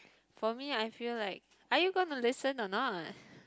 for me I feel like are you gonna listen or not